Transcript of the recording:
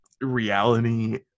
reality